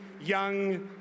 young